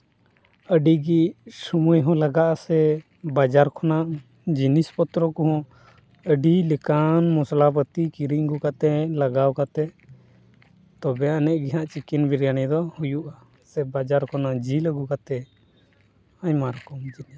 ᱟᱹᱰᱤᱜᱮ ᱥᱚᱢᱚᱭ ᱦᱚᱸ ᱞᱟᱜᱟᱜ ᱟᱥᱮ ᱵᱟᱡᱟᱨ ᱠᱷᱚᱱᱟᱜ ᱡᱤᱱᱤᱥ ᱯᱚᱛᱨᱚ ᱠᱚᱦᱚᱸ ᱟᱹᱰᱤ ᱞᱮᱠᱟᱱ ᱢᱚᱥᱞᱟᱯᱟ ᱛᱤ ᱠᱤᱨᱤᱧ ᱟᱹᱜᱩ ᱠᱟᱛᱮ ᱞᱟᱜᱟᱣ ᱠᱟᱛᱮ ᱛᱚᱵᱮ ᱟᱹᱱᱤᱡ ᱜᱮᱦᱟᱸᱜ ᱪᱤᱠᱮᱱ ᱵᱤᱨᱭᱟᱱᱤ ᱫᱚ ᱦᱩᱭᱩᱜᱼᱟ ᱥᱮ ᱵᱟᱡᱟᱨ ᱠᱷᱚᱱᱟᱜ ᱡᱤᱞ ᱟᱹᱜᱩ ᱠᱟᱛᱮ ᱟᱭᱢᱟ ᱨᱚᱠᱚᱢ ᱡᱤᱱᱤᱥ